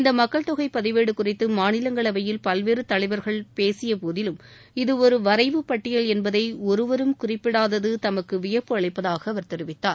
இந்த மக்கள் தொகை பதிவேடு குறித்து மாநிலங்களவையில் பல்வேறு தலைவர்கள் பேசிய போதிலும் இது ஒரு வரைவு பட்டியல் என்பதை ஒருவரும் குறிப்பிடாதது தமதுக்கு வியப்பு அளிப்பதாக அவர் தெரிவித்தார்